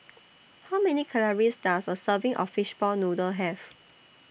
How Many Calories Does A Serving of Fishball Noodle Have